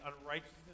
unrighteousness